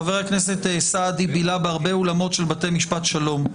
חבר הכנסת סעדי בילה בהרבה אולמות של בתי משפט שלום.